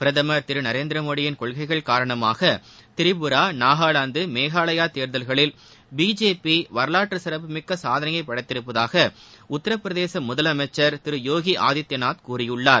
பிரதமர் திரு நரேந்திர மோடியின் கொள்கைகள் காரணமாக திரிபுரா நாகாலாந்து மேகாலயா தேர்தல்களில் பிஜேபி வரலாற்றுச் சிறப்புமிக்க சாதனையை படைத்திருப்பதாக உத்தரப்பிரதேச முதலமைச்சர் திரு யோகி ஆதித்யநாத் கூறியுள்ளார்